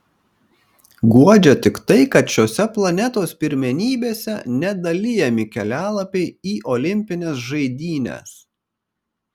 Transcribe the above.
guodžia tik tai kad šiose planetos pirmenybėse nedalijami kelialapiai į olimpines žaidynes